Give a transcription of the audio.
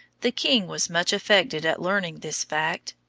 the king was much affected at learning this fact,